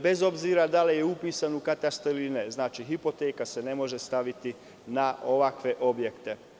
Bez obzira da li je upisan u katastar ili ne, hipoteka se ne može staviti na ovakav objekat.